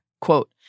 quote